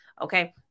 Okay